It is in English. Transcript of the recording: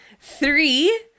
Three